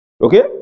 Okay